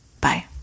Bye